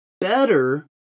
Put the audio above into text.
better